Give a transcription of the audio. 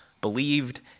believed